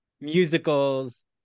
musicals